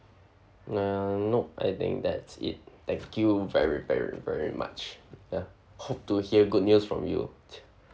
uh nope I think that's it thank you very very very much ya hope to hear good news from you